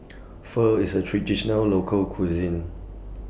Pho IS A Traditional Local Cuisine